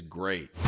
great